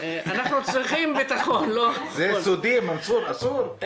זה סודי, מנסור, אסור.